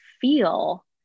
feel